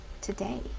today